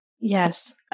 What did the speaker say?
Yes